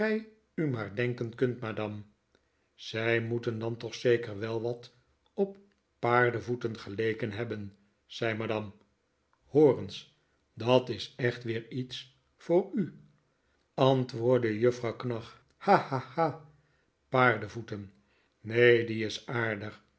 u maar denken kunt madame zij moeten dan toch zeker wel wat op paardevoeten geleken hebben zei ma dame hoor eens dat is echt weer ie ts voor u antwoordde juffrouw knag ha ha ha paardevoeten neen die is aardig